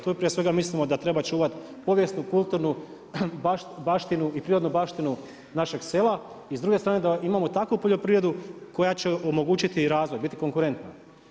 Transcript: Tu prije svega mislimo da treba čuvati povijesnu, kulturnu baštinu u prirodnu baštinu našeg sela i s druge strane da imamo takvu poljoprivredu koja će omogućiti razvoj, biti konkurentna.